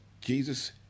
Jesus